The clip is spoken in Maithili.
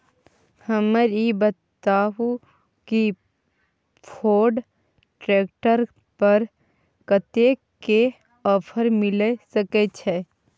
हमरा ई बताउ कि फोर्ड ट्रैक्टर पर कतेक के ऑफर मिलय सके छै?